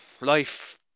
life